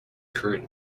current